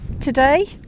today